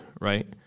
right